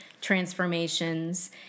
transformations